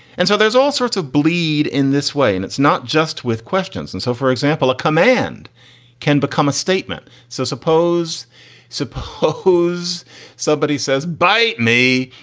and so there's all sorts of bleed in this way. and it's not just with questions. and so, for example, a command can become a statement. so suppose suppose somebody says by may.